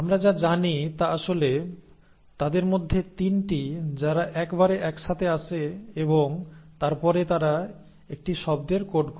আমরা যা জানি তা আসলে তাদের মধ্যে 3 টি যারা একবারে একসাথে আসে এবং তারপরে তারা একটি শব্দের কোড করে